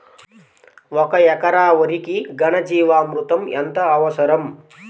ఒక ఎకరా వరికి ఘన జీవామృతం ఎంత అవసరం?